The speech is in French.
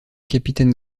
capitaine